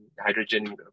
hydrogen